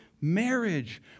marriage